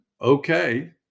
okay